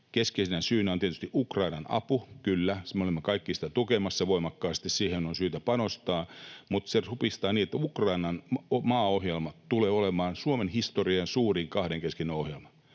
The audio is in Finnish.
Keskeisenä syynä on tietysti Ukrainan apu. Kyllä, me olemme kaikki sitä tukemassa voimakkaasti, ja siihen on syytä panostaa, mutta se supistaa niin, että Ukrainan maaohjelma tulee olemaan Suomen historian suurin kahdenkeskinen ohjelma.